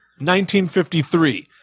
1953